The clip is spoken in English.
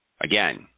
again